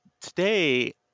today